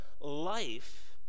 life